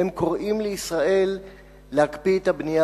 והם קוראים לישראל להקפיא את הבנייה